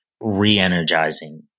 re-energizing